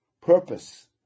purpose